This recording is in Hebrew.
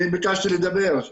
אני ביקשתי לדבר.